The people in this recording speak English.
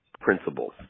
principles